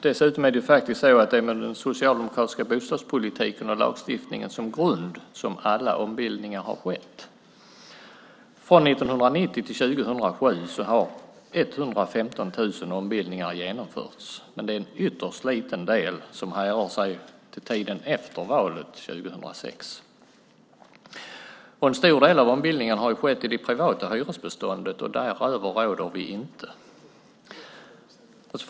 Dessutom är det med den socialdemokratiska bostadspolitiken och lagstiftningen som grund som alla ombildningar har skett. Från 1990 till 2007 har 115 000 ombildningar genomförts, men det är en ytterst liten del som härrör sig från tiden efter valet 2006. En stor del av ombildningarna har skett i det privata hyresbeståndet, och däröver råder vi inte.